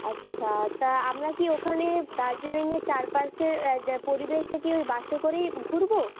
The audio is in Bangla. আচ্ছা তা আমরা কি ওখানে দার্জিলিংয়ের চারপাশের পরিবেশটা কি ওই বাসে করেই ঘুরবো